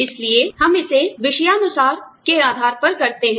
इसलिए हम इसे विषयानुसार के आधार पर करते हैं